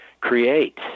create